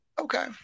okay